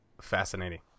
fascinating